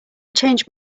changed